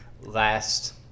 last